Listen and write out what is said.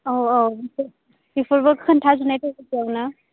औ औ बिसोरखौ खोन्थाजोबनायखा बेयावनो